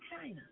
China